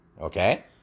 okay